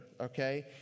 Okay